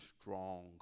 strong